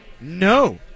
No